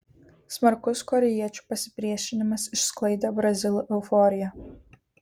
smarkus korėjiečių pasipriešinimas išsklaidė brazilų euforiją